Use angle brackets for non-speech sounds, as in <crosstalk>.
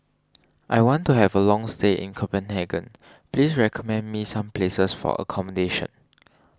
<noise> I want to have a long stay in Copenhagen please recommend me some places for accommodation